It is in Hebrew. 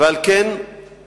ועל כן זימנה